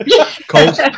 cold